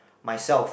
myself